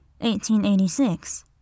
1886